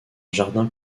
jardin